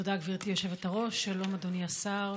תודה, גברתי היושבת-ראש, שלום, אדוני השר.